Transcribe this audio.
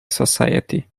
society